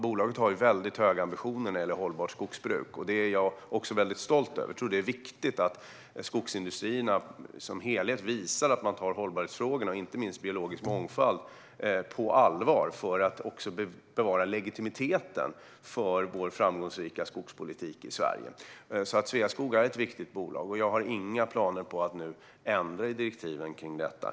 Bolaget har mycket höga ambitioner när det gäller hållbart skogsbruk, och det är jag också väldigt stolt över. Jag tror att det är viktigt att skogsindustrierna som helhet visar att man tar hållbarhetsfrågorna och inte minst biologisk mångfald på allvar för att också bevara legitimiteten för vår framgångsrika skogspolitik i Sverige. Sveaskog är ett viktigt bolag, och jag har inga planer på att nu ändra i direktiven kring detta.